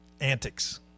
Antics